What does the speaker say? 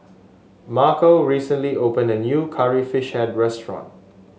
Marco recently opened a new Curry Fish Head restaurant